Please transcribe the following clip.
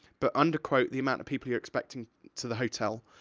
but underquote the amount of people you're expecting to the hotel,